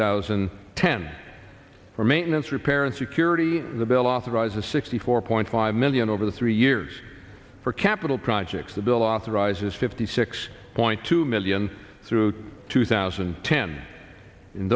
thousand and ten for maintenance repair and security the bill authorizes sixty four point five million over the three years for capital projects the bill authorizes fifty six point two million through two thousand